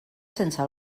sense